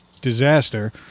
disaster